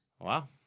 Wow